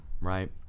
right